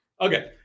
Okay